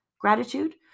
gratitude